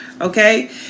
Okay